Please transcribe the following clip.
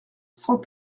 cent